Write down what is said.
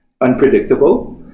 unpredictable